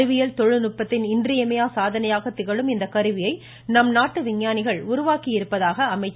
அறிவியல் தொழில் நுட்பத்தின் இன்றியமையா சாதனையாக திகழும் இந்த கருவி நம்நாட்டு விஞ்ஞானிகள் உருவாக்கியிருப்பதாக அமைச்சர் தெரிவித்தார்